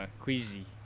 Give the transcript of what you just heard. queasy